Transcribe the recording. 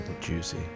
Juicy